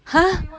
!huh!